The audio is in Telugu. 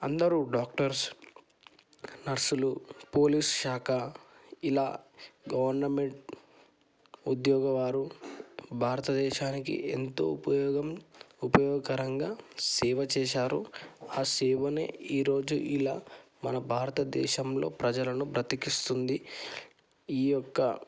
అందరూ డాక్టర్స్ నర్సులు పోలీస్ శాఖ ఇలా గవర్నమెంట్ ఉద్యోగ వారు భారతదేశానికి ఎంతో ఉపయోగం ఉపయోగకరంగా సేవ చేశారు ఆ సేవనే ఈరోజు ఇలా మన భారతదేశంలో ప్రజలను బ్రతికిస్తుంది ఈ యొక్క